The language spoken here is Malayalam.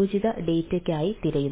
ഡാറ്റയ്ക്കായി തിരയുന്നു